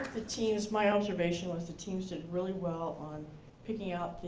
the teams, my observation was the teams did really well on picking out